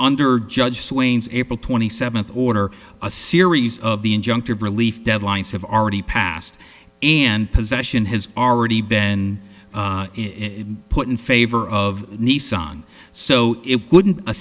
under judge swain's april twenty seventh order a series of the injunctive relief deadlines have already passed and possession has already been in put in favor of nissan so it wouldn't